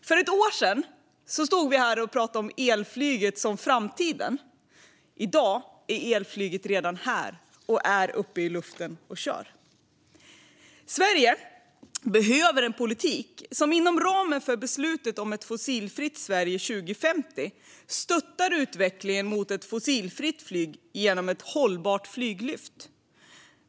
För ett år sedan stod vi här och pratade om elflyget som framtiden. I dag är elflyget redan här. Det är uppe i luften och flyger. Sverige behöver en politik som inom ramen för beslutet om ett fossilfritt Sverige 2050 stöttar utvecklingen mot ett fossilfritt flyg genom ett hållbart flyglyft.